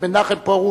ר' מנחם פרוש